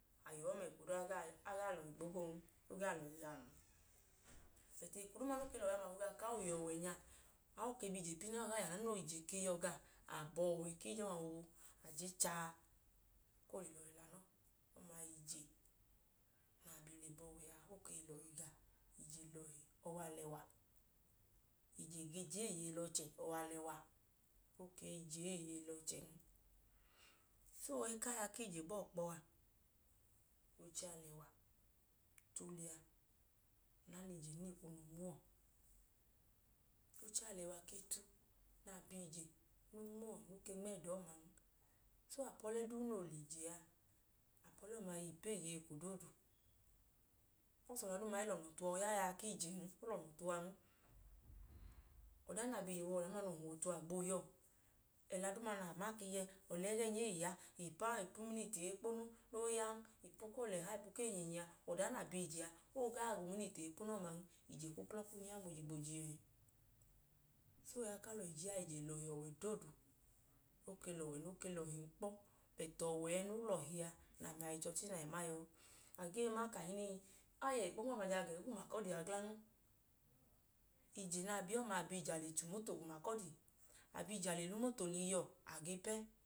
A yẹ ọwẹ ọma eko duu a gaa lọhi gbogboon, o gawọn. Bọt eko duu nook e lẹ ọwẹ nwla gawọ ka awọ ọọ ke yẹ ọwẹ nya, awọ i ke bi ije piin naana ije ke yọ gawọ, a bu ọwẹ ku ije ọma boobu a je chaa ka ọọ gee lọhi lẹ anọọ. Ọma wẹ ije na bi le bu ọwẹ a, oke i lọhi gawọ. Ije lọhi ọwẹ alẹwa. Ije ge je eeye lẹ ọchẹ ọwẹ alẹwa, o ke i je eeye lẹ ọchẹn. So, ẹku aya ku ije bọọ kpọ a, oche alẹwa tu liya, na lẹ ijen ikwu nu i nmo uwọ. Oche alẹwa ke tu nẹ a bi ije ikwu i nmo uwọn. So apọlẹ duu noo lẹ ije, apọlẹ ọma yọ ipu eeyeeko doodu. Bikọs ọda duuma i lọnọ tu uwa ooya aya ku ijen, o lọnọ tu uwan. Ọdan na i ije, ọda duu noo huwọ ọtu, agboo ya ọọ. Ẹla duuma na ma ka ẹla ẹgẹẹnya e i ya, ipu uminiti eekponu ne yan ipu ku olẹha ipu ku eyinyinyi a, ọda duu na bi ije a, o gaa ga uminiti eekponun, ije kwu uklọ kunu i ya gboji ẹẹ. So, o yak u alọ i je a, ije lọhi ọwẹ doodu. O ke lẹ ọwẹ nook e lọhin kpọ. Bẹt ọwẹ ẹẹ noo lọhi a, nẹ ami a yọi chọchi na i ma yọ a. A gee ma kahinii, a yẹ ikpo nma ama ga ẹẹgọ umakọdi a glan. Ije na bi ọma, a le che umoto ga umakọdi. A bi ije a le la umoto lẹ iyuwọ a ge pẹ.